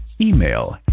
Email